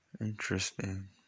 interesting